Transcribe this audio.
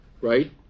right